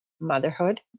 motherhood